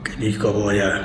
kad jį kovoja